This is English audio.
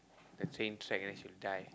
the train track and then she die